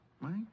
Right